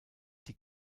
die